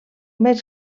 més